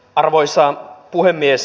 arvoisa puhemies